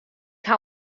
haw